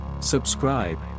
Subscribe